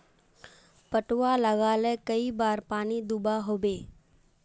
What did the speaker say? पटवा लगाले कई बार पानी दुबा होबे?